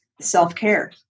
self-care